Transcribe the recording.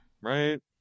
Right